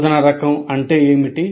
బోధనా రకం అంటే ఏమిటి